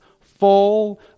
full